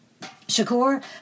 Shakur